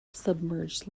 submerged